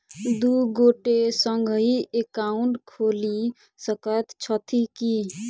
दु गोटे संगहि एकाउन्ट खोलि सकैत छथि की?